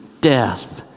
Death